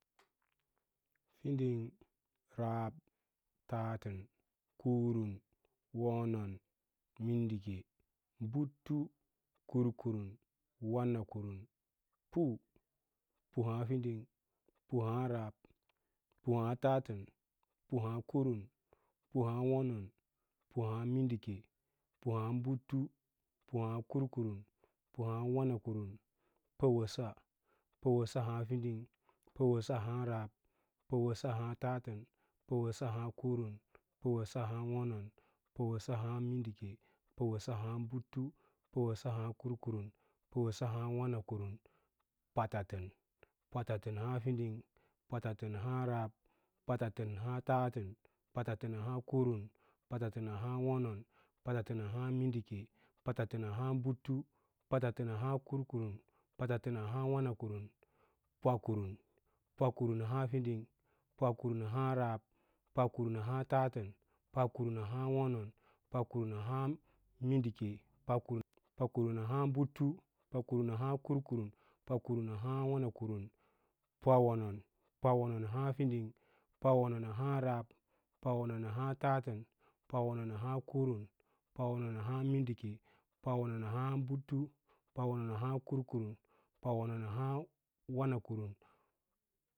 Fiding rab, tatən kurun, wonan mind’ake, butu, kurukurun, wanakurm, pu, pu ahaã fiding pu ahaa rab pu ahaã tatən, pu ahǎǎ kurum, pu ahǎǎ wunon, pu ahaã butin pu ahǎǎ kur kurum, pu ahaã wanakum puwəsa puwəsa ahǎǎ wanakum puwəssa puwəsa ahǎǎ fiding puwəsa ahǎǎ rab, puwəsa ahǎǎ tatən, puwəsa ahǎǎ kurum, puwəsa ahǎǎ wonon puwasə ahǎǎ mīndike, puwəss ahaa butu puwəsa ahǎǎ kurumum, puwəsa ahǎǎ wanakurum, patatən, patatən ahǎǎ fiding patatən ahǎǎ rab, patatən ahǎǎ tatən patatən ahǎǎ kurum, patatən ahǎǎ wonon patatən ahǎǎ mindike, patatən ahǎǎ butu, potatən ahǎǎ kur kurun patatən ahǎǎ wanakurum, pakurum, pakurum ahǎǎ fding pakurum ahǎǎ rab, pakurum ahǎǎ tatən, parkurun ahǎǎ rab, pakurum ahǎǎ tatən, parkurum ahǎǎ kurum parkurun ahǎǎ wonon, pakurum ahǎǎ mindīke, pakurum ahǎǎ butu, pakurum ahǎǎ kar kurumam, pakurum ahǎǎ wana kurum, pawonon, pawonon ahǎǎ fiding pawon ahǎǎ rab, pawon ahǎǎ tatən, pawon ahǎǎ kurun, pawon ahǎǎ wonon pawon ahǎǎ minɗike pawon ahǎǎ butu, pawon ahǎǎ kurkurum, pawon ahǎǎ wanakuram.